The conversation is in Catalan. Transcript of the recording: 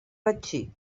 betxí